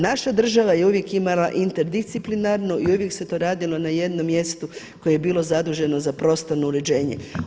Naša država je uvijek imala interdisciplinarnu i uvijek se to radilo na jednom mjestu koje je bilo zaduženo za prostorno uređenje.